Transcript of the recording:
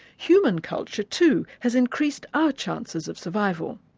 human culture too has increased our chances of survival.